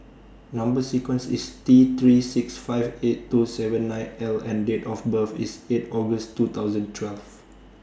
Number sequence IS T three six five eight two seven nine L and Date of birth IS eight August two thousand twelve